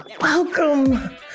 Welcome